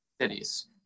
cities